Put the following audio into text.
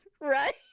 right